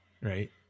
right